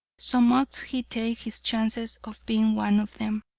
so must he take his chances of being one of them.